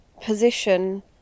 position